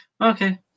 okay